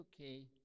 okay